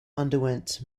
underwent